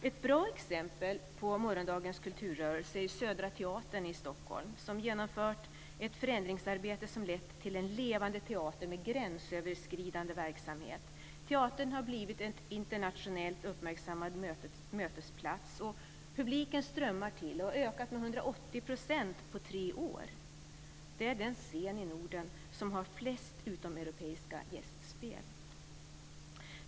Ett bra exempel på morgondagens kulturrörelse är Södra teatern i Stockholm, som genomfört ett förändringsarbete som lett till en levande teater med gränsöverskridande verksamhet. Teatern har blivit en internationellt uppmärksammad mötesplats, och publiken strömmar till och har ökat med 180 % på tre år. Det är den scen i Norden som har flest utomeuropeiska gästspel.